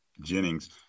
Jennings